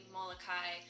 Molokai